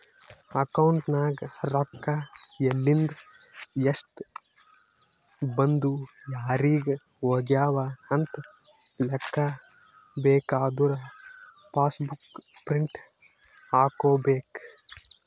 account ನಾಗ್ ರೊಕ್ಕಾ ಎಲಿಂದ್, ಎಸ್ಟ್ ಬಂದು ಯಾರಿಗ್ ಹೋಗ್ಯವ ಅಂತ್ ಲೆಕ್ಕಾ ಬೇಕಾದುರ ಪಾಸ್ ಬುಕ್ ಪ್ರಿಂಟ್ ಹಾಕೋಬೇಕ್